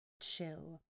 chill